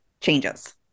changes